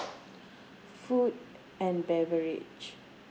food and beverage